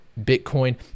Bitcoin